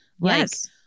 Yes